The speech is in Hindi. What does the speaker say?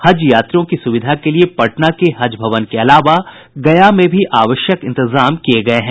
हज यात्रियों की सुविधा के लिए पटना के हज भवन के अलावा गया मे भी आवश्यक इंतजाम किये गये हैं